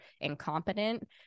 incompetent